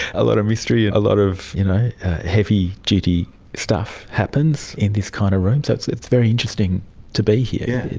a lot of mystery, a lot of you know heavy duty stuff happens in this kind of room, so it's it's very interesting to be here.